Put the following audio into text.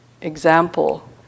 example